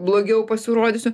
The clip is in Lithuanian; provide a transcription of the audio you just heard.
blogiau pasirodysiu